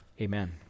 Amen